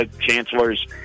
chancellors